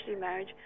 marriage